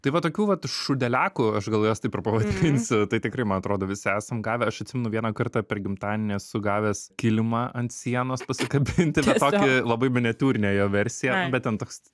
tai va tokių vat šūdeliakų aš gal juos taip ir pavadinsiu tai tikrai man atrodo visi esam gavę aš atsimenu vieną kartą per gimtadienį esu gavęs kilimą ant sienos pasikabinti bet tokį labai miniatiūrinę jo versiją bet ten toks